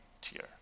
tier